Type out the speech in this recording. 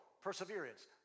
perseverance